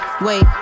Wait